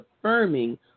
affirming